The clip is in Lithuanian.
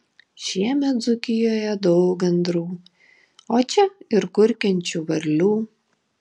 šiemet dzūkijoje daug gandrų o čia ir kurkiančių varlių